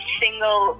single